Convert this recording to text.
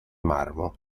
marmo